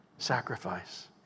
sacrifice